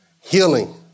Healing